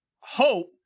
hope